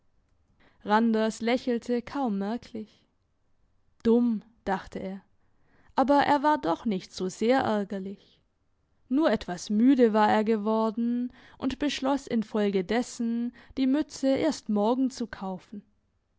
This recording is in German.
randers lächelte kaum merklich dumm dachte er aber er war doch nicht so sehr ärgerlich nur etwas müde war er geworden und beschloss infolgedessen die mütze erst morgen zu kaufen